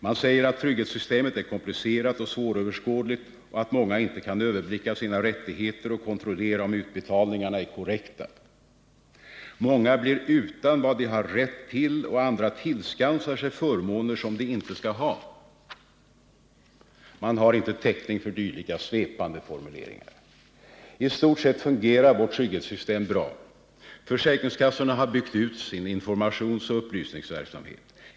Man säger att trygghetssystemet är komplicerat och svåröverskådligt och att många inte kan överblicka sina rättigheter och kontrollera om utbetalningarna är korrekta. Många blir utan vad de har rätt till och andra tillskansar sig förmåner som de inte skall ha, heter det. Man har inte täckning för dylika svepande formuleringar. I stort sett fungerar vårt trygghetssystem bra. Försäkringskassorna har byggt ut sin informationsoch upplysningsverksamhet.